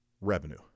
revenue